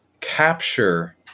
capture